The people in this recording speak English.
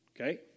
Okay